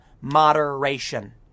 moderation